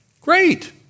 Great